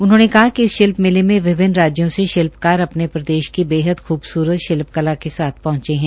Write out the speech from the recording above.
उन्होंने कहा कि इस शिल्प मेले में विभिन्न राज्यों से शिल्पकार अपने अपने प्रदेश की बेहद ख्बसूरत शिल्पकला के साथ पहंचे है